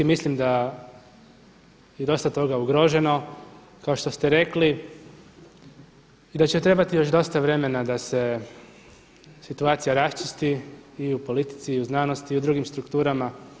Mislim da je dosta toga ugroženo kao što ste rekli i da će trebati još dosta vremena da se situacija raščisti i u politici i u znanosti i u drugim strukturama.